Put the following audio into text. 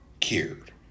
cured